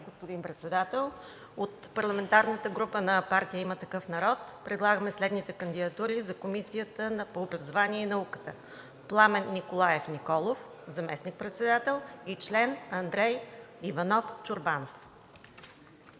господин Председател. От парламентарната група на „Има такъв народ“ предлагаме следните кандидатури за Комисията по образованието и науката: Пламен Николаев Николов – заместник-председател, и член – Андрей Иванов Чорбанов.